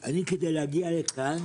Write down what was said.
אני כדי להגיע לכאן